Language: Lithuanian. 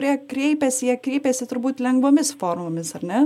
kurie kreipiasi jie kreipiasi turbūt lengvomis formomis ar ne